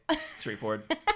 straightforward